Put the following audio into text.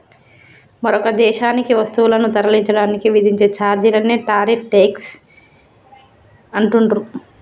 మరొక దేశానికి వస్తువులను తరలించడానికి విధించే ఛార్జీలనే టారిఫ్ ట్యేక్స్ అంటుండ్రు